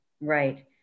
right